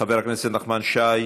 חבר הכנסת נחמן שי,